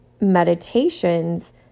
meditations